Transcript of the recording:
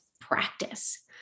practice